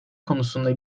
konusunda